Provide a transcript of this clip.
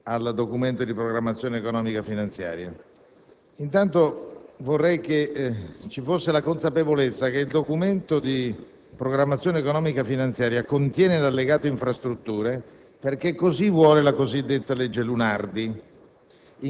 il Documento di programmazione economico‑finanziaria contiene l'allegato infrastrutture perché così vuole la cosiddetta legge Lunardi.